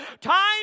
Time